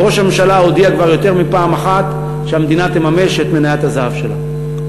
וראש הממשלה הודיע כבר יותר מפעם אחת שהממשלה תממש את מניית הזהב שלה.